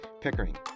Pickering